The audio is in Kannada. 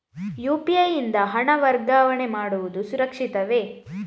ಯು.ಪಿ.ಐ ಯಿಂದ ಹಣ ವರ್ಗಾವಣೆ ಮಾಡುವುದು ಸುರಕ್ಷಿತವೇ?